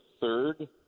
third